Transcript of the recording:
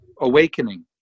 awakening